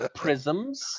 prisms